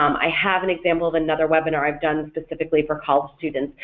i have an example of another webinar i've done specifically for college students,